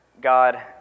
God